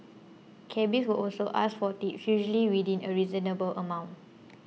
cabbies would ask for tips usually within a reasonable amount